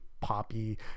poppy